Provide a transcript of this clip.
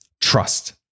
Trust